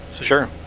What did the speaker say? Sure